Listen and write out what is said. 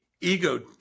Ego